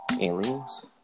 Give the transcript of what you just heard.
Aliens